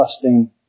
trusting